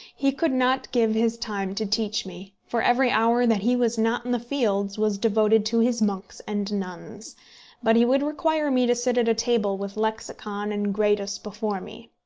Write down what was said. he could not give his time to teach me, for every hour that he was not in the fields was devoted to his monks and nuns but he would require me to sit at a table with lexicon and gradus before me.